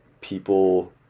people